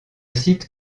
site